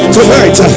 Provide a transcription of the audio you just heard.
Tonight